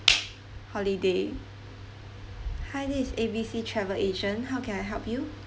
holiday hi this is A B C travel agent how can I help you